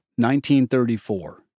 1934